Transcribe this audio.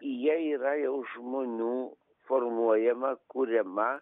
jie yra jau žmonių formuojama kuriama